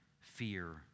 fear